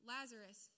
Lazarus